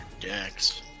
dex